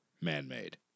man-made